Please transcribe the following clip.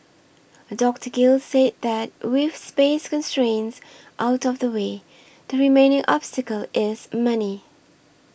Dr Gill say that with space constraints out of the way the remaining obstacle is money